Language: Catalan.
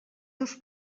seus